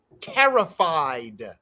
terrified